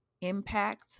impact